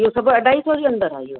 इहो सभु अढाई सौ जे अंदरि हा इहो